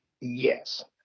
yes